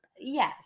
Yes